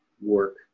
work